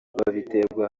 babiterwa